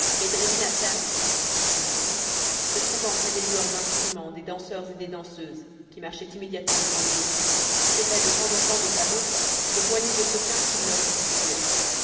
poursuivit-il se trouvant près des joueurs d'instruments des danseurs et des danseuses qui marchaient immédiatement devant le bossu tirait de temps en temps de sa bourse des poignées de sequins qu'il leur distribuait